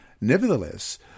Nevertheless